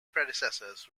predecessors